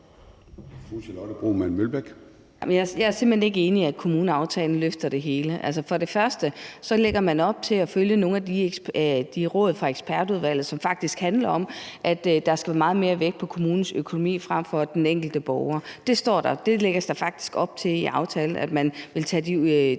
Jeg er simpelt hen ikke enig i, at kommuneaftalen løfter det hele. Altså, man lægger op til at følge nogle af de råd fra ekspertudvalget, som faktisk handler om, at der skal lægges meget mere vægt på kommunens økonomi frem for den enkelte borger. Det lægges der faktisk op til i aftalen, altså at man vil tage de råd med